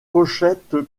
pochette